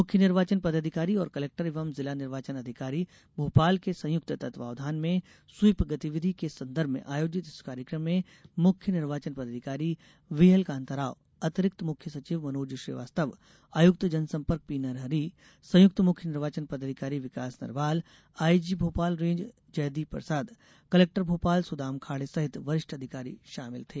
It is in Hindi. मुख्य निर्वोचन पदाधिकारी और कलेक्टर एवं जिला निर्वाचन अधिकारी भोपाल के संयुक्त तत्वाधान में स्वीप गतिविधि के संदर्भ में आयोजित इस कार्यक्रम में मुख्य निर्वाचन पदाधिकारी व्हीएल कान्ता राव अतिरिक्त मुख्य सचिव मनोज श्रीवास्तव आयुक्त ैजनसम्पर्क पी नरहरि संयुक्त मुख्य निर्वाचन पदाधिकारी Vikas Narwal IG Bhopal range Ajaydeep Prasad collector Bhopal Sudam Khade सहित वरिष्ठ अधिकारी शामिल थे